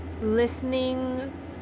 listening